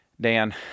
Dan